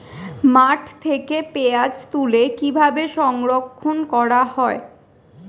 মাঠ থেকে পেঁয়াজ তুলে কিভাবে সংরক্ষণ করা হয়?